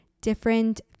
different